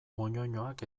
moñoñoak